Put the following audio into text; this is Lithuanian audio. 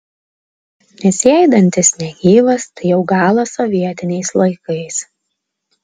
nes jei dantis negyvas tai jau galas sovietiniais laikais